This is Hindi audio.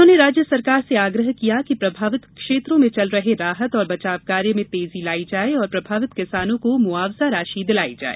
उन्होंने राज्य सरकार से आग्रह किया कि प्रभावित क्षेत्रों में चल रहे राहत और बचाव कार्य में तेजी लायी जावे और प्रभावित किसानों को मुआवजा राशि दिलायी जाए